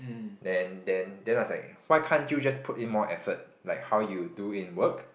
then then then I was like why can't you just put in more effort like how you do in work